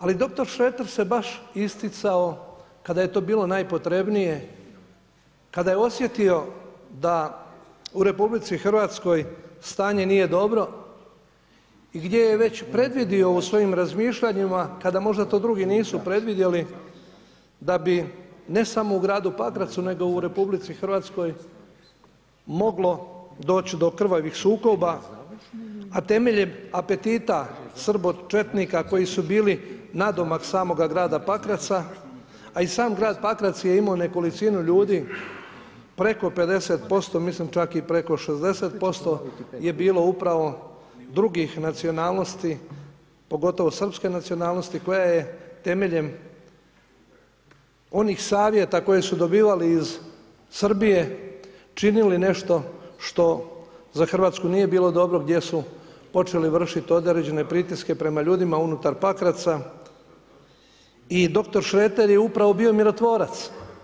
Ali dr. Šreter se baš isticao kada je to bilo najpotrebnije, kada je osjetio da u RH stanje nije dobro i gdje je već predvidio svojim razmišljanjima, kada možda to drugi nisu predvidjeli, da bi ne samo u gradu Pakracu, nego i u RH moglo doći do krvavih sukoba, a temeljem apetita srbočetnika koji su bili nadomak samoga grada Pakraca, a i sam grad Pakrac je imao nekolicinu ljudi preko 50% , mislim čak i preko 60% je bilo upravo drugih nacionalnosti, pogotovo srpske nacionalnosti koja je temeljem onih savjeta koje su dobivali iz Srbije činili nešto što za Hrvatsku nije bilo dobro, gdje su počeli vršit određene pritiske prema ljudima unutar Pakraca i dr. Šreter je upravo bio mirotvorac.